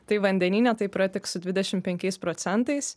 tai vandenyne taip yra tik su dvidešim penkiais procentais